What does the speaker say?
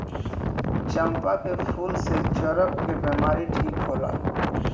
चंपा के फूल से चरक के बिमारी ठीक होला